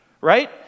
right